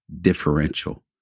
differential